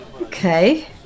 okay